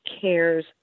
cares